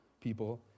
people